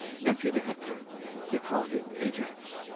nephew to hector they call him ajax.